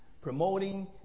promoting